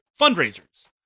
fundraisers